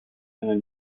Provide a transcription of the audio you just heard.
einer